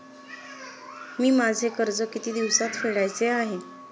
मी माझे कर्ज किती दिवसांत फेडायचे आहे?